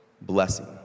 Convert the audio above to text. blessing